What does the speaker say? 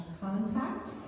contact